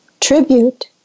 tribute